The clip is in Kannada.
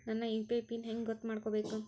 ನನ್ನ ಯು.ಪಿ.ಐ ಪಿನ್ ಹೆಂಗ್ ಗೊತ್ತ ಮಾಡ್ಕೋಬೇಕು?